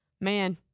man